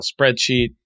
spreadsheet